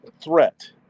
threat